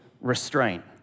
restraint